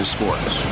Sports